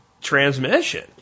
transmission